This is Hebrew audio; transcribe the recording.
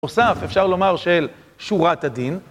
בנוסף אפשר לומר של שורת הדין.